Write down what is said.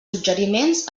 suggeriments